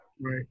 Right